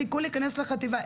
חיכו להיכנס לחטיבה,